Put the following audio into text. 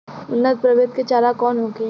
उन्नत प्रभेद के चारा कौन होखे?